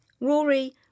Rory